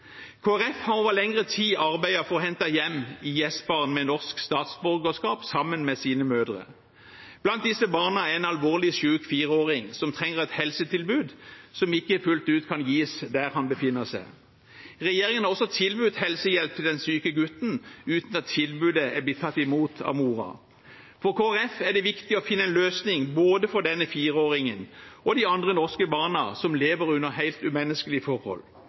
Folkeparti har over lengre tid arbeidet for hente hjem IS-barn med norsk statsborgerskap, sammen med sine mødre. Blant disse barna er en alvorlig syk fireåring som trenger et helsetilbud som ikke fullt ut kan gis der han befinner seg. Regjeringen har også tilbudt helsehjelp til den syke gutten, uten at tilbudet er blitt tatt imot av moren. For Kristelig Folkeparti er det viktig å finne en løsning for både denne fireåringen og de andre norske barna som lever under helt umenneskelige forhold.